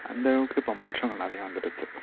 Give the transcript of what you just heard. அந்த அளவுக்கு இப்போ மாற்றங்கள் நிறையா வந்துடுத்து